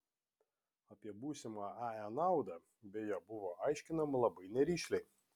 apie būsimą ae naudą beje buvo aiškinama labai nerišliai